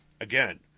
Again